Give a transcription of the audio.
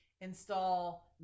install